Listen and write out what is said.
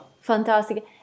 fantastic